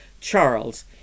Charles